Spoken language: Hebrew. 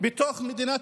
בתוך מדינת